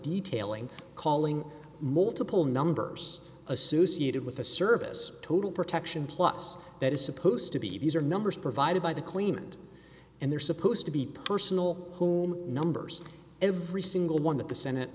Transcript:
detailing calling multiple numbers a susi added with a service total protection plus that is supposed to be these are numbers provided by the claimant and they're supposed to be personal who numbers every single one that the senate